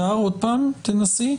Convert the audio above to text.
הכנסת,